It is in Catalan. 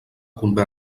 convé